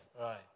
Right